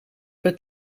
het